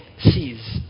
sees